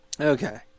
Okay